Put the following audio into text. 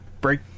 break